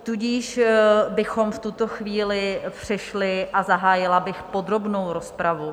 Tudíž bychom v tuto chvíli přešli a zahájila bych podrobnou rozpravu.